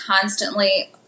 constantly